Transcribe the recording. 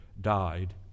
died